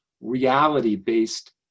reality-based